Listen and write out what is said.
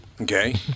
Okay